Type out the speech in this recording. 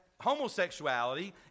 homosexuality